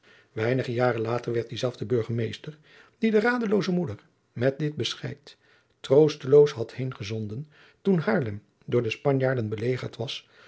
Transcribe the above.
weinige jaren later werd diezelfde burgemeester die de radelooze moeder met dit bescheid troosteloos had heengezonden toen haarlem door de spanjaarden belegerd was